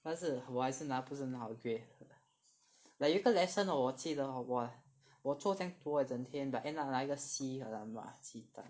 但是我还是拿不是很好的 grade like 有一个 lesson hor 我记得 hor !wah! 我做这样多 leh 整天 but end up 那一个 C !alamak! 鸡蛋